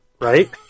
Right